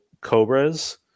cobras